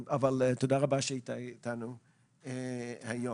תודה רבה שהיית איתנו היום.